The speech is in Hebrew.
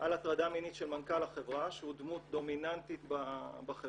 על הטרדה מינית של מנכ"ל החברה שהוא דמות דומיננטית בחברה.